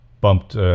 bumped